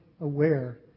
aware